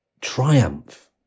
triumph